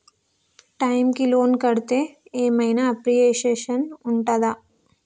Time కి loan కడ్తే ఏం ఐనా అప్రిషియేషన్ ఉంటదా?